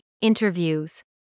interviews